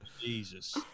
jesus